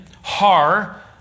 Har